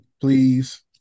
Please